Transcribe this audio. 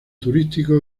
turístico